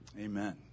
amen